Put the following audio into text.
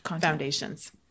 Foundations